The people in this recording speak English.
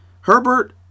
Herbert